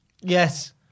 yes